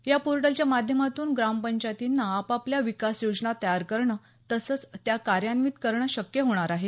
या पोर्टलच्या माध्यमातून ग्रामपंचायतींना आपापल्या विकास योजना तयार करणं तसंच त्या कार्यान्वीत करणं शक्य होणार आहे